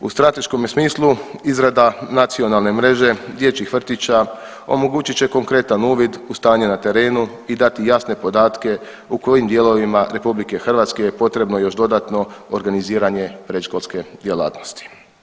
U strateškome smislu izrada nacionalne mreže dječjih vrtića omogućit će konkretan uvid u stanje na terenu i dati jasne podatke u kojim dijelovima RH je potrebno još dodatno organiziranje predškolske djelatnosti.